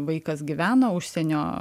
vaikas gyveno užsienio